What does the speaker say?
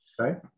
Right